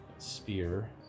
spear